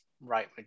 right